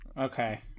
Okay